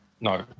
No